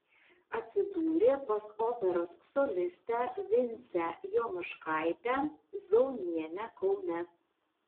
atsidūrė pas operos solistę vincę jonuškaitę zaunienę kaune